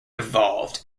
evolved